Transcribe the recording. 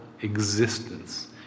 existence